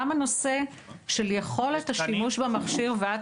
גם הנושא של יכולת השימוש במכשיר ועד